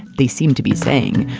they seem to be saying,